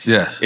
Yes